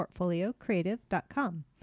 portfoliocreative.com